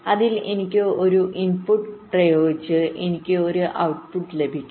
അതിനാൽ എനിക്ക് ഒരു ഇൻപുട്ട് പ്രയോഗിച്ച് എനിക്ക് ഒരു ഔട്ട്പുട്ട് ലഭിക്കും